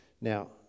Now